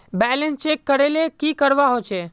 Balance check करले की करवा होचे?